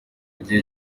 gihe